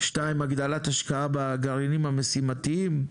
שתיים הגדלת השקעה בגרעינים המשימתיים.